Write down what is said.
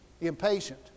Impatient